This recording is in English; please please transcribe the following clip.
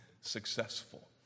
successful